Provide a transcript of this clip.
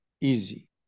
easy